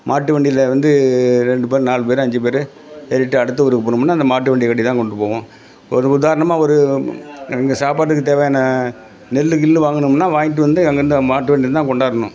மாட்டு வண்டியில் வந்து ரெண்டு பேர் நாலு பேர் ஐஞ்சு பேர் ஏறிட்டு அடுத்து ஊருக்கு போகணும்னா இந்த மாட்டு வண்டி கட்டிதான் கொண்டு போவோம் ஒரு உதாரணமாக ஒரு எங்கள் சாப்பாட்டுக்கு தேவையான நெல்லு கிள்ளு வாங்கணும்னா வாங்கிட்டு வந்து அங்கேருந்த மாட்டு வண்டியில் தான் கொண்டாரணும்